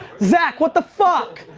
zak, what the fuck?